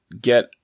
get